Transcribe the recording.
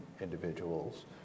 individuals